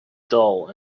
dull